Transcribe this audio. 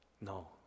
No